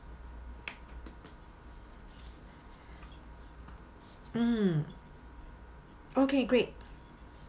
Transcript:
mm okay great